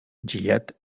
gilliatt